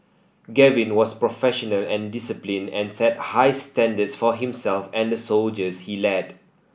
Gavin was professional and disciplined and set high standards for himself and the soldiers he led